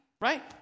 Right